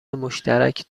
مشترک